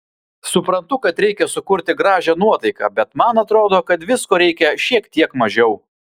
suprantu kad reikia sukurti gražią nuotaiką bet man atrodo kad visko reikia šiek tiek mažiau